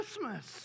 Christmas